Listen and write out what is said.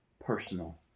personal